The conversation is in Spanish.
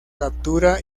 captura